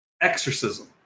exorcism